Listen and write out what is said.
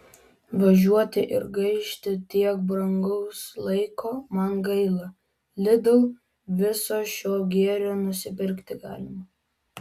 važiuoti ir gaišti tiek brangaus laiko man gaila lidl viso šio gėrio nusipirkti galima